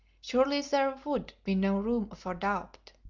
surely there would be no room for doubt.